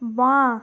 বাঁ